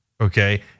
okay